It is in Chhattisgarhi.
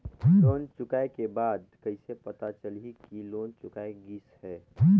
लोन चुकाय के बाद कइसे पता चलही कि लोन चुकाय गिस है?